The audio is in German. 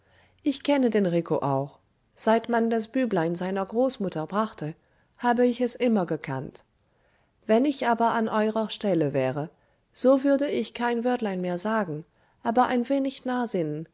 ich kenne den rico auch seit man das büblein seiner großmutter brachte habe ich es immer gekannt wenn ich aber an eurer stelle wäre so würde ich kein wörtlein mehr sagen aber ein wenig